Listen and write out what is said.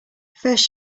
first